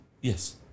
Yes